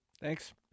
Thanks